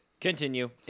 Continue